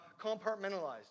compartmentalized